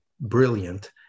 brilliant